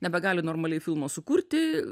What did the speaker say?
nebegali normaliai filmo sukurti